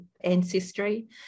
ancestry